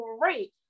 great